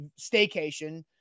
staycation